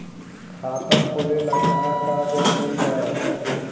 खाता खोले ला का का जरूरी बा?